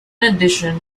addition